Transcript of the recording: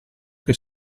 che